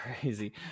crazy